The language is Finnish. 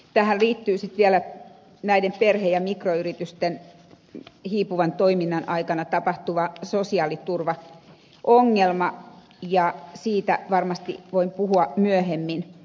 tähän liittyy sitten vielä näiden perhe ja mikroyritysten hiipuvan toiminnan aikana tapahtuva sosiaaliturvaongelma ja siitä varmasti voin puhua myöhemmin